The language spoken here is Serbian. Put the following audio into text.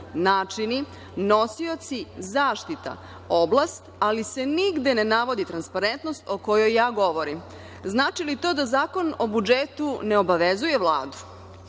načini, nosioci zaštita, oblast, ali se nigde ne navodi transparentnost o kojoj ja govorim. Znači li to da Zakon o budžetu ne obavezuje Vladu.